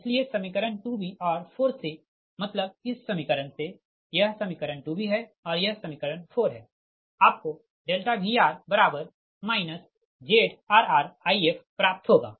इसलिए समीकरण 2 b और 4 से मतलब इस समीकरण से यह समीकरण 2 b है और यह समीकरण 4 है आपको Vr ZrrIf प्राप्त होगा